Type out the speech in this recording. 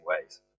ways